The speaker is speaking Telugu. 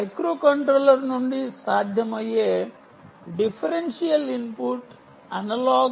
మైక్రోకంట్రోలర్ నుండి సాధ్యమయ్యే differential input analogue ADC cum amplifier